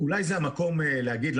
אולי זה המקום להגיד,